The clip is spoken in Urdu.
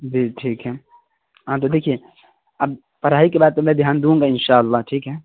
جی ٹھیک ہے ہاں تو دیکھیے اب پڑھائی کے بعد تو میں دھیان دوں گا ان شاء اللہ ٹھیک ہے